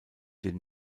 den